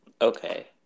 Okay